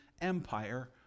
Empire